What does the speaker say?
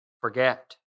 forget